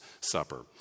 Supper